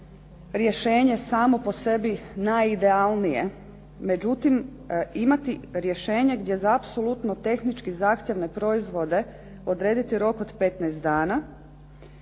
rješenje samo po sebi najidealnije. Međutim, imati rješenje gdje za apsolutno tehnički zahtjevne proizvode odrediti rok od 15 dana